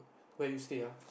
where you stay ah